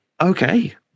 Okay